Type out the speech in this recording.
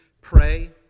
pray